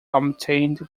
obtained